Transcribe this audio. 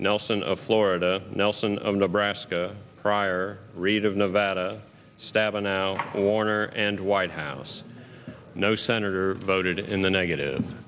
nelson of florida nelson of nebraska pryor reid of nevada stabenow now warner and whitehouse no senator voted in the negative